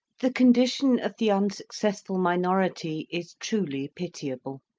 the condition of the unsuccessful minority is truly pitiable.